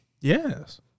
Yes